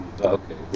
Okay